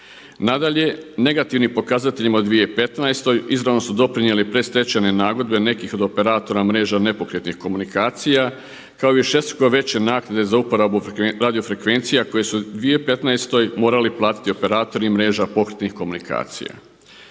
Nadalje, negativnim pokazateljima u 2015. izravno su doprinijeli predstečajne nagodbe nekih od operatora mreža nepokretnih komunikacija kao višestruko veće naknade za uporabu radio frekvencija koje su u 2015. morali platiti operatori mreža pokretnih komunikacija.